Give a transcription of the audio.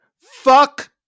Fuck